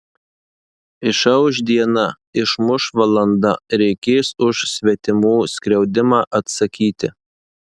išauš diena išmuš valanda reikės už svetimų skriaudimą atsakyti